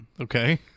Okay